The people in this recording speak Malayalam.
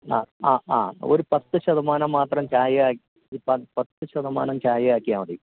ആ ആ ഒരു പത്തു ശതമാനം മാത്രം ചായ ആക്കി പത്തു ശതമാനം ചായ ആക്കിയാല് മതി